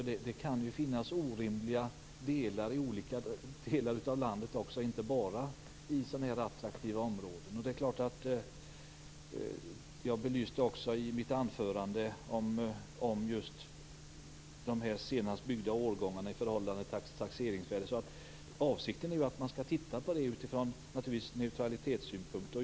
Det kan ju finnas orimliga saker i olika delar av landet, inte bara i attraktiva områden. Jag belyste också i mitt anförande de senast byggda årgångarna i förhållande till taxeringsvärdet. Avsikten är att man skall titta på det utifrån neutralitetssynpunkt.